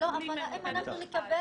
--- אבל האם אנחנו נקבל?